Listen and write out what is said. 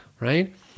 Right